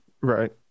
Right